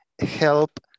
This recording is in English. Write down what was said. help